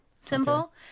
symbol